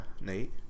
Nate